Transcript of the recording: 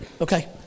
Okay